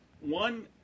one